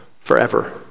forever